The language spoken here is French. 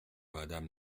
madame